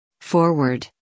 forward